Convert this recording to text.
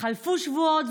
חלפו שבועות,